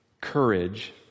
courage